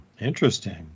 Interesting